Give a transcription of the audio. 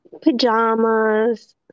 pajamas